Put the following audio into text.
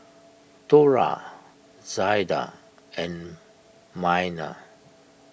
Thora Zaida and Myrna